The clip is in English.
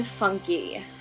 Funky